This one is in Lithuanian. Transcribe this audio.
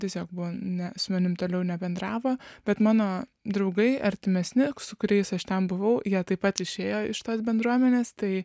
tiesiog buvo ne su manimi toliau nebendravo bet mano draugai artimesni su kuriais aš ten buvau jie taip pat išėjo iš tos bendruomenės tai